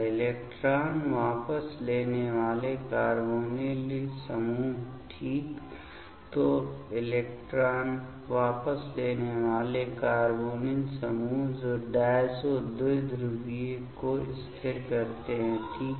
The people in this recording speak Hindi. इलेक्ट्रॉन वापस लेने वाले कार्बोनिल समूह ठीक तो इलेक्ट्रॉन वापस लेने वाले कार्बोनिल समूह जो डायज़ो द्विध्रुवीय को स्थिर करते हैं ठीक है